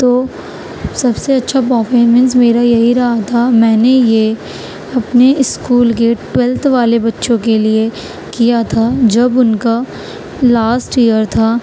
تو سب سے اچّھا پرفارمنس میرا یہی رہا تھا میں نے یہ اپنے اسکول کے ٹویلتھ والے بچّوں کے لیے کیا تھا جب ان کا لاسٹ ایئر تھا